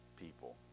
people